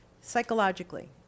psychologically